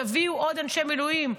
תביאו עוד אנשי מילואים.